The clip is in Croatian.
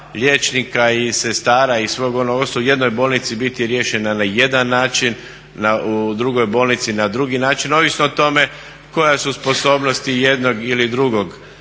liječnika i sestara i sveg onog u jednoj bolnici biti riješena na jedan način, u drugoj bolnici na drugi način ovisno o tome koje su sposobnosti jednog ili drugog